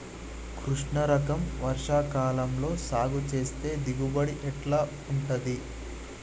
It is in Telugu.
కృష్ణ రకం వర్ష కాలం లో సాగు చేస్తే దిగుబడి ఎట్లా ఉంటది?